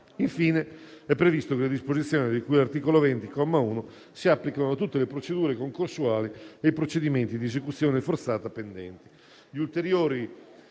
Infine, è previsto che le disposizioni di cui all'articolo 20, comma 1, si applicano a tutte le procedure concorsuali e ai procedimenti di esecuzione forzata pendenti.